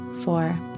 four